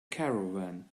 caravan